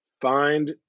find